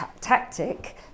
Tactic